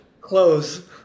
Clothes